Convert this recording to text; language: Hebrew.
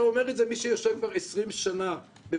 אומר את זה מי שיושב כבר 20 שנה בוועדות